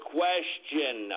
question